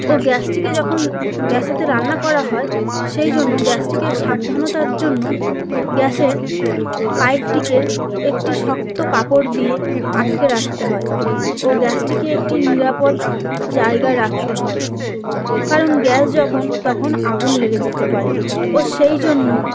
ও গ্যাসটিকে যখন গ্যাসেতে রান্না করা হয় সেই জন্য গ্যাসটিকে সাবধানতার জন্য গ্যাসের পাইপটিকে একটি শক্ত কাপড় দিয়ে আটকে রাখতে হয় ও গ্যাসটিকে একটি নিরাপদ জায়গায় রাখতে হয় কারণ গ্যাস যখন তখন আগুন লেগে যেতে পারে ও সেই জন্য